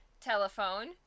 Telephone